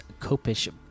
Copish